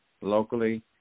locally